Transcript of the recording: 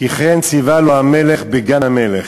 כי כן ציווה לו המלך בגן-המלך.